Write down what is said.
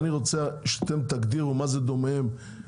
אני רוצה שאתם תגדירו מה זה דומיהם,